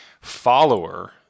follower